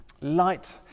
light